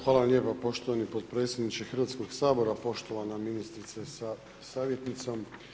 Hvala vam lijepa poštovani potpredsjedniče Hrvatskog sabora, poštovana ministrice sa savjetnicom.